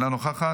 אינה נוכחת,